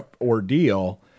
ordeal